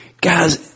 Guys